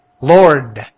Lord